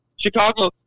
Chicago